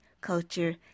culture